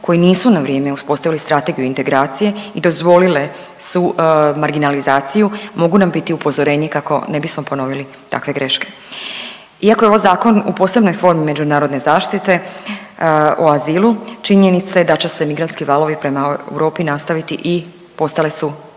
koji nisu na vrijeme uspostavili Strategiju integracije i dozvolile su marginalizaciju mogu nam biti upozorenje kako ne bismo ponovili takve greške. Iako je ovo zakon u posebnoj formi međunarodne zaštite o azilu, činjenica je da će se migrantski valovi prema Europi nastaviti i postale su